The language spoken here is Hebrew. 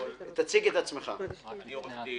אני עורך דין.